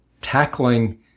tackling